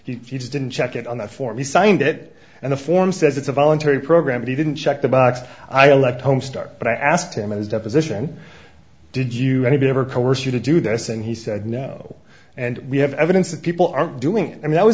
just didn't check it on the form he signed it and the form says it's a voluntary program and he didn't check the box i left home stark but i asked him if his deposition did you or anybody ever coerced you to do this and he said no and we have evidence that people aren't doing it and that was